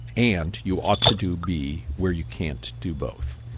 and you ought to do b, where you can't do both.